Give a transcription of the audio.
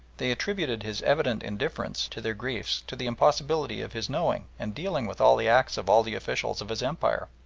they attributed his evident indifference to their griefs to the impossibility of his knowing and dealing with all the acts of all the officials of his empire.